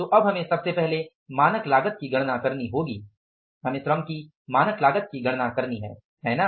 तो अब हमें सबसे पहले मानक लागत की गणना करनी होग हमें श्रम की मानक लागत की गणना करनी है है ना